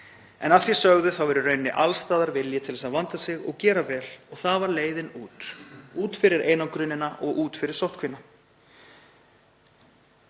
Að því sögðu er í rauninni alls staðar vilji til að vanda sig og gera vel. Það var leiðin út, út fyrir einangrunina og út fyrir sóttkvína.